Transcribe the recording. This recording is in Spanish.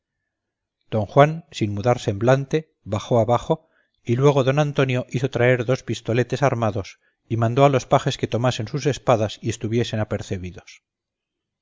don juan sin mudar semblante bajó abajo y luego don antonio hizo traer dos pistoletes armados y mandó a los pajes que tomasen sus espadas y estuviesen apercebidos